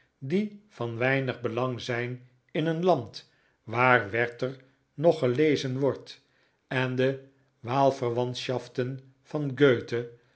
die van weinig belang zijn in een land waar werther nog gelezen wordt en de wahlverwandschaften van